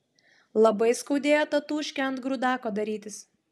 labai skaudėjo tatūškę ant grūdako darytis